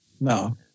No